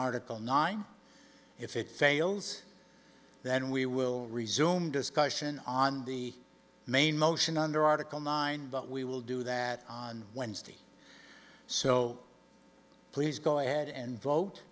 article nine if it fails then we will resume discussion on the main motion under article nine but we will do that on wednesday so please go ahead and vote